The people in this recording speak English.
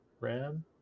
Ram